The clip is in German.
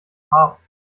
haben